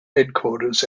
headquarters